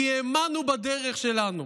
כי האמנו בדרך שלנו,